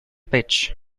pitch